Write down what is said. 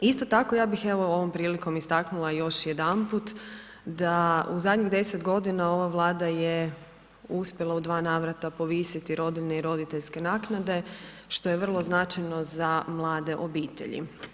Isto tako ja bih evo ovom prilikom istaknula još jedanput da u zadnjih deset godina ova Vlada je uspjela u dva navrata povisiti rodiljne i roditeljske naknade, što je vrlo značajno za mlade obitelji.